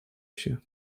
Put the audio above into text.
się